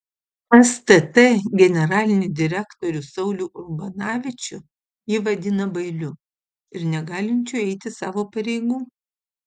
stt generalinį direktorių saulių urbanavičių ji vadina bailiu ir negalinčiu eiti savo pareigų